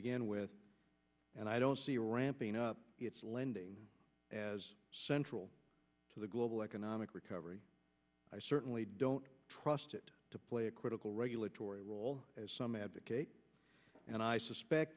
begin with and i don't see ramping up its lending as central to the global economic recovery i certainly don't trust it to play a critical regulatory role as some advocate and i suspect